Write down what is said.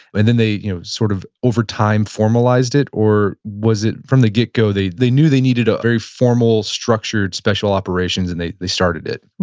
and then they you know sort of over time formalized it? or was it from the get go, they they knew they needed a very formal structured special operations and they they started it?